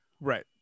Right